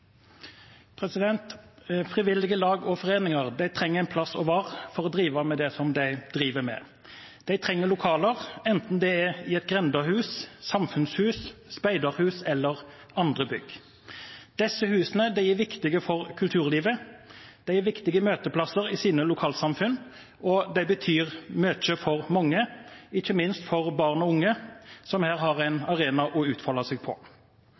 til. Frivillige lag og foreninger trenger en plass å være for å drive med det de driver med. De trenger lokaler, enten det er i et grendehus, samfunnshus, speiderhus eller andre bygg. Disse husene er viktige for kulturlivet. De er viktige møteplasser i sine lokalsamfunn, og de betyr mye for mange, ikke minst for barn og unge, som her har en arena å utfolde seg på.